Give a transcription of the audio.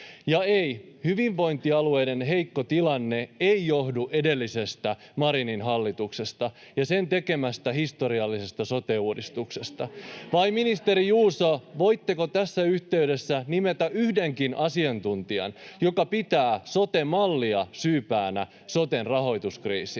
Ja ei, hyvinvointialueiden heikko tilanne ei johdu edellisestä, Marinin hallituksesta ja sen tekemästä historiallisesta sote-uudistuksesta. Vai, ministeri Juuso, voitteko tässä yhteydessä nimetä yhdenkin asiantuntijan, joka pitää sote-mallia syypäänä soten rahoituskriisiin?